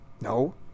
No